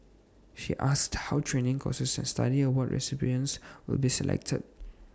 he asked how training courses study award recipients will be selected